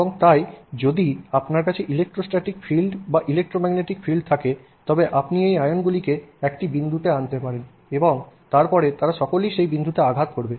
এবং তাই যদি আপনার কাছে ইলেক্ট্রোস্ট্যাটিক ফিল্ড বা ইলেক্ট্রোম্যাগনেটিক ফিল্ড থাকে তবে আপনি এই আয়নগুলিকে একটি বিন্দুতে আনতে পারেন এবং তারপরে তারা সকলেই সেই বিন্দুতে আঘাত করবে